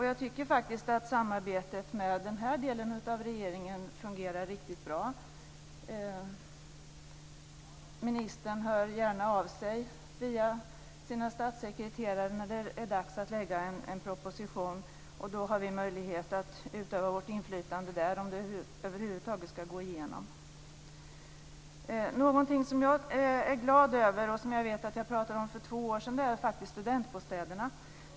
Jag tycker faktiskt att samarbetet med den här delen av regeringen fungerar riktigt bra. Ministern hör gärna av sig via sina statssekreterare när det är dags att lägga fram en proposition. Då har vi möjlighet att utöva vårt inflytande där om det över huvud taget ska gå igenom. Någonting som jag är glad över och som jag vet att jag pratade om för två år sedan är studentbostäderna.